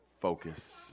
focus